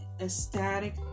ecstatic